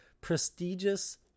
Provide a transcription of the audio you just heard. prestigious